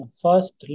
first